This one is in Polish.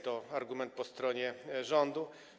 To argument po stronie rządu.